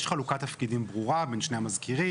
יש חלוקת תפקידים ברורה בין שני המזכירים,